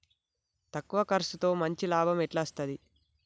తక్కువ కర్సుతో మంచి లాభం ఎట్ల అస్తది?